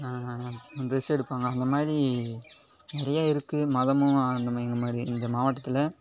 dress எடுப்பாங்க அந்த மாதிரி நிறைய இருக்குது மதமும் அந்தமாதிரி இந்தமாதிரி இந்த மாவட்டத்தில்